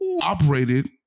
operated